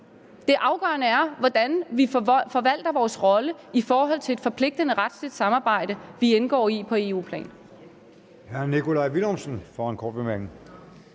Det afgørende er, hvordan vi forvalter vores rolle i forhold til et forpligtende retligt samarbejde, som vi indgår i på EU-plan.